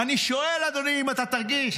אני שואל, אדוני, אם אתה תרגיש.